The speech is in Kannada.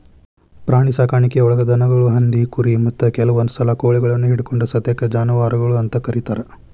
ಪ್ರಾಣಿಸಾಕಾಣಿಕೆಯೊಳಗ ದನಗಳು, ಹಂದಿ, ಕುರಿ, ಮತ್ತ ಕೆಲವಂದುಸಲ ಕೋಳಿಗಳನ್ನು ಹಿಡಕೊಂಡ ಸತೇಕ ಜಾನುವಾರಗಳು ಅಂತ ಕರೇತಾರ